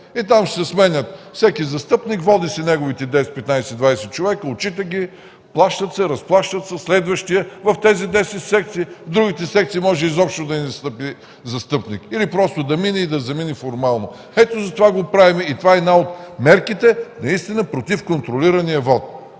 там ще се сменят. Всеки застъпник си води неговите 10 15-20 човека, отчита ги, плащат, разплащат се, следващият – в тези 10 секции. В другите секции може изобщо да не стъпи застъпник или просто да мине и да замине формално. Ето затова го правим. Това е една от мерките наистина против контролирания вот.